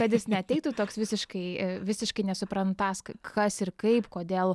kad jis neateitų toks visiškai visiškai nesuprantąs kai kas ir kaip kodėl